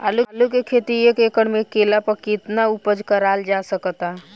आलू के खेती एक एकड़ मे कैला पर केतना उपज कराल जा सकत बा?